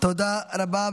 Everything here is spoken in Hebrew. תודה רבה.